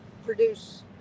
produce